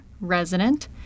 resident